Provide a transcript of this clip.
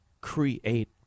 create